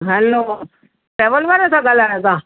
hello travel वारा था ॻाल्हायो तव्हां